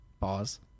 Pause